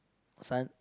sun